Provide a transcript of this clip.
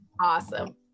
Awesome